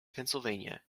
pennsylvania